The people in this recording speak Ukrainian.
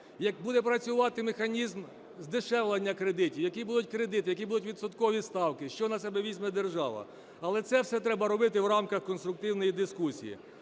Як буде працювати механізм здешевлення кредитів? Які будуть кредити? Які будуть відсоткові ставки? Що на себе візьме держава? Але це все треба робити в рамках конструктивної дискусії.